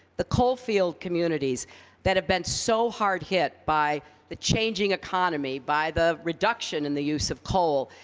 the coalfield communities that have been so hard hit by the changing economy, by the reduction in the use of coal.